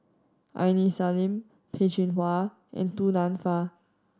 Aini Salim Peh Chin Hua and Du Nanfa